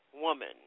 woman